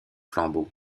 flambeau